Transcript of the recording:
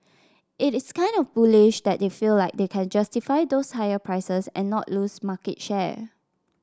it is kind of bullish that they feel like they can justify those higher prices and not lose market share